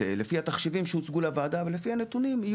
לפי התחשיבים שהוצגו לוועדה ולפי הנתונים אנחנו חשבנו שלתרופה